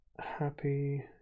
Happy